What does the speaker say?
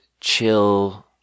chill